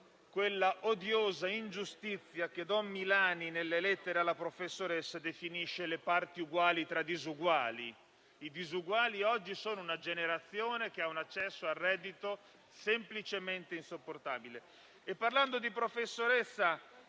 quella odiosa ingiustizia che don Milani, nelle lettere alla professoressa, definisce le «parti uguali tra disuguali»: i disuguali oggi sono una generazione che ha un accesso al reddito semplicemente insopportabile.